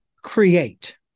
create